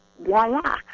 voila